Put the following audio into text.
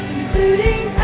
including